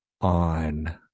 on